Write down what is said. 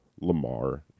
Lamar